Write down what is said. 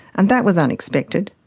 and that was unexpected.